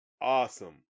Awesome